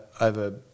over